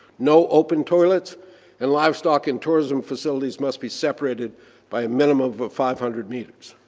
no open toilets and livestock and tourism facilities must be separated by minimum of five hundred meters.